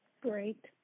Great